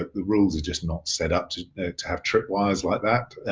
the rules are just not set up to to have tripwires like that.